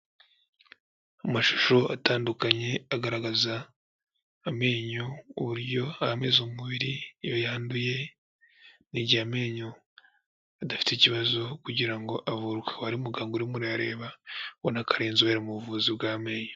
Amashusho atandukanye agaragaza amenyo uburyo ameze mu mubiri iyo yanduye n'igihe amenyo adafite ikibazo kugira ngo avurwe. uwo ari muganga urimo urayareba ubona ko ari inzobere mu buvuzi bw'amenyo.